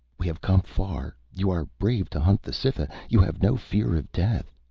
we have come far. you are brave to hunt the cytha. you have no fear of death.